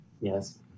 Yes